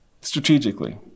Strategically